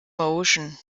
motion